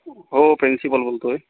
हो हो प्रिन्सिपॉल बोलतोय